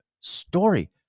story